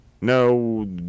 No